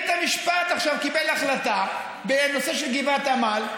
בית המשפט עכשיו קיבל החלטה בנושא של גבעת עמל,